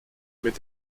mit